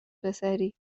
پسری